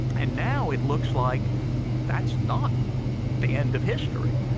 and now it looks like that's not the end of history,